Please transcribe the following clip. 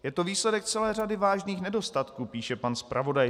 Je to výsledek celé řady vážných nedostatků, píše pan zpravodaj.